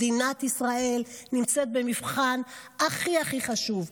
מדינת ישראל נמצאת במבחן הכי הכי חשוב.